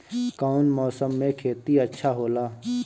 कौन मौसम मे खेती अच्छा होला?